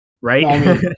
right